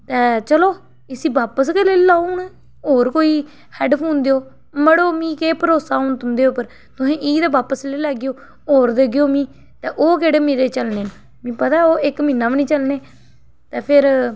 चलो इसी बापस गै लेई लैओ हून होर कोई हैडफोन देओ मड़ो मी केह् भरोसा हून तुं'दे उप्पर तुस एह ते बापस लेई लैगेओ होर देगेओ मिगी ते ओह् केह्ड़े मेरे चलने न मिगी पता ओह् इक म्हीना बी नी चलने ते फेर